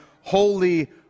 Holy